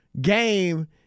game